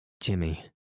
Jimmy